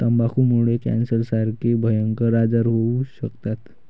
तंबाखूमुळे कॅन्सरसारखे भयंकर आजार होऊ शकतात